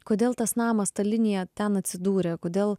kodėl tas namas ta linija ten atsidūrė kodėl